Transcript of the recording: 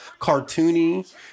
cartoony